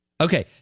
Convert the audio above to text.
Okay